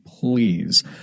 Please